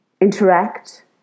interact